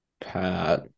pat